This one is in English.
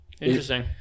Interesting